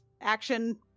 action